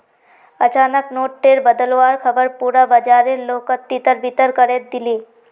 अचानक नोट टेर बदलुवार ख़बर पुरा बाजारेर लोकोत तितर बितर करे दिलए